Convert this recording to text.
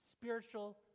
spiritual